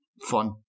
fun